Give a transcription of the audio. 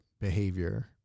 behavior